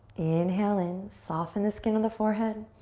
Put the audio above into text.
inhale in, soften the skin on the forehead.